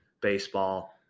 baseball